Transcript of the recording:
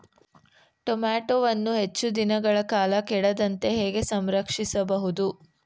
ಟೋಮ್ಯಾಟೋವನ್ನು ಹೆಚ್ಚು ದಿನಗಳ ಕಾಲ ಕೆಡದಂತೆ ಹೇಗೆ ಸಂರಕ್ಷಿಸಬಹುದು?